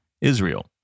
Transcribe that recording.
Israel